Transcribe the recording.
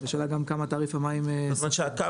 השאלה גם כמה תעריף המים --- זאת אומרת שהקו